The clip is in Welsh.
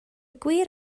gwir